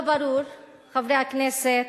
חברי הכנסת,